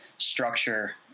structure